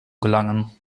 gelangen